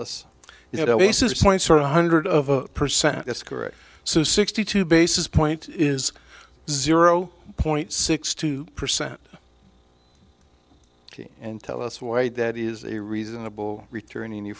us you know basis points or one hundred of a percent that's correct so sixty two basis point is zero point six two percent and tell us why that is a reasonable return and you